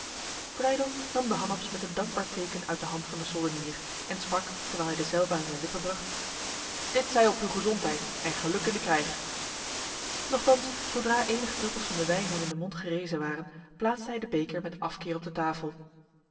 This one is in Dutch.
nam de hanaps met een dankbaar teken uit de hand van de soldenier en sprak terwijl hij dezelve aan zijn lippen bracht dit zij op uw gezondheid en geluk in de krijg nochtans zodra enige druppels van de wijn hem in de mond gerezen waren plaatste hij de beker met afkeer op de tafel